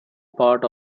part